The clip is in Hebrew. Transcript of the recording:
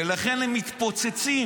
ולכן הם מתפוצצים.